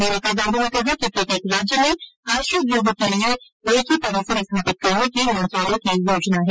मेनका गांधी ने कहा कि प्रत्येक राज्य में आश्रय गृहों के लिए एक ही परिसर स्थापित करने की मंत्रालय की योजना है